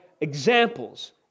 examples